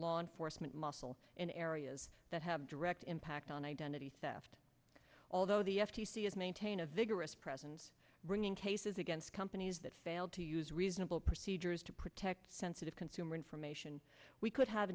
law enforcement muscle in areas that have direct impact on identity theft although the f t c is maintain a vigorous presence bringing cases against companies that failed to use reasonable procedures to protect sensitive consumer information we could have